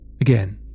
again